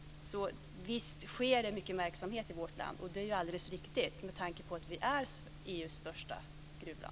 Visst pågår det mycket verksamhet i vårt land. Det är alldeles riktigt med tanke på att vi är EU:s största gruvland.